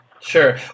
Sure